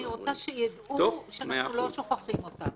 אני רוצה שיידעו שאנחנו לא שוכחים אותם.